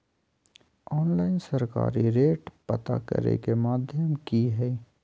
Online सरकारी rate पता करे के माध्यम की हय?